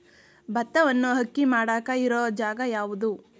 ಭತ್ತವನ್ನು ಅಕ್ಕಿ ಮಾಡಾಕ ಇರು ಜಾಗ ಯಾವುದು?